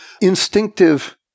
instinctive